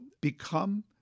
become